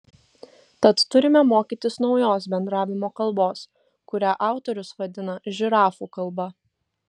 tad turime mokytis naujos bendravimo kalbos kurią autorius vadina žirafų kalba